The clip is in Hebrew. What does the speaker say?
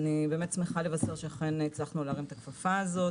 אני שמחה לבשר שהצלחנו להרים את הכפפה הזאת